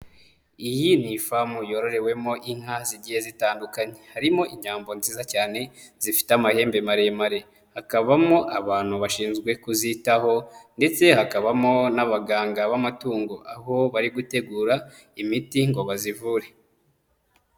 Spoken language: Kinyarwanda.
Iyi ni ifamu yororewemo inka zigiye zitandukanye, harimo inyambo nziza cyane zifite amahembe maremare, hakabamo abantu bashinzwe kuzitaho ndetse hakabamo n'abaganga b'amatungo aho bari gutegura imiti ngo bazivure.